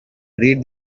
read